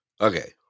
okay